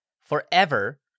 forever